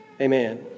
Amen